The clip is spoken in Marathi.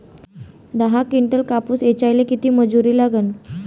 दहा किंटल कापूस ऐचायले किती मजूरी लागन?